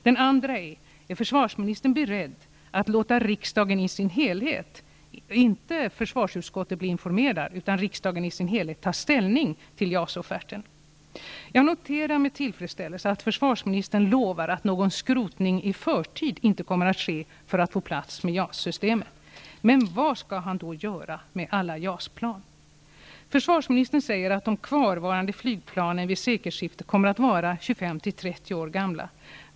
Den andra är: Är försvarsministern beredd att låta riksdagen i sin helhet, inte bara genom information till försvarsutskottet, ta ställning till JAS-offerten? Jag noterar med tillfredsställelse att försvarsministern lovar att någon skrotning i förtid inte kommer att ske för att få plats med JAS systemet. Men vad skall han då göra med alla JAS plan? Försvarsministern säger att de kvarvarande flygplanen vid sekelskiftet kommer att vara 25--30 år gamla.